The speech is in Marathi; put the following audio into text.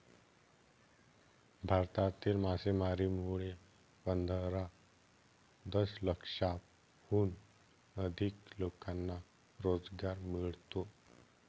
भारतातील मासेमारीमुळे पंधरा दशलक्षाहून अधिक लोकांना रोजगार मिळतो